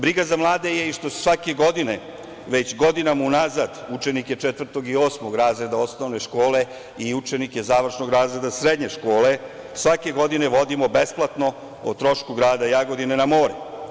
Briga za mlade je i što svake godine već godinama unazad učenike četvrtog i osmog razreda osnovne škole i učenike završnog razreda srednje škole svake godine vodimo besplatno o trošku grada Jagodine na more.